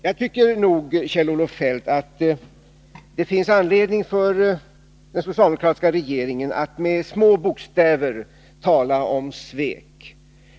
Jag tycker att det finns anledning för den socialdemokratiska regeringen att tala med små bokstäver om svek, Kjell-Olof Feldt.